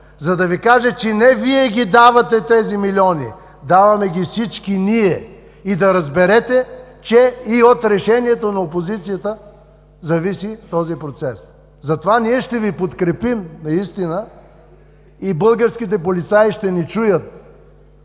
за да Ви кажа, че не Вие ги давате тези милиони, даваме ги всички ние и да разберете, че и от решението на опозицията зависи този процес! Затова ние ще Ви подкрепим наистина и българските полицаи ще ни чуят,